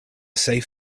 safe